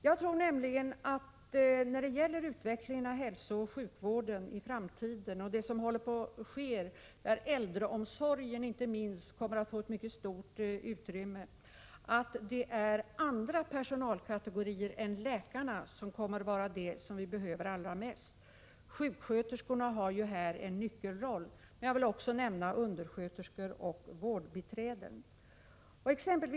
När det gäller den framtida utvecklingen av hälsooch sjukvården, där inte minst äldreomsorgen kommer att få ett mycket stort utrymme, tror jag nämligen att det som sker allra mest kommer att beröra andra personalkategorier än läkarna. Sjuksköterskorna har här en nyckelroll, och jag vill i sammanhanget också nämna undersköterskor och vårdbiträden. Bl.